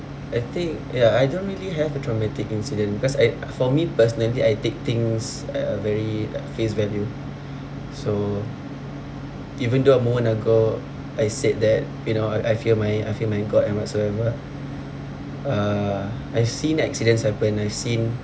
I think ya I don't really have a traumatic incident because I for me personally I take things uh very like face value so even though a moment ago I said that you know I I fear my I fear my god and whatsoever uh I've seen accidents happen I seen